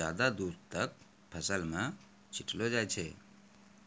ज्यादा दूर तक फसल मॅ छिटलो जाय छै